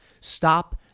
stop